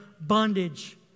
bondage